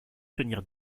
tenir